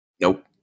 Nope